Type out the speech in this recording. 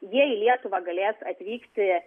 jie į lietuvą galės atvykti